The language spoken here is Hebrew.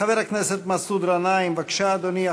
חבר הכנסת מסעוד גנאים, בבקשה, אדוני.